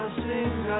sing